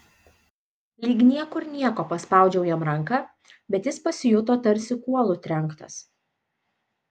lyg niekur nieko paspaudžiau jam ranką bet jis pasijuto tarsi kuolu trenktas